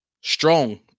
Strong